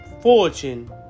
fortune